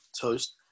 Toast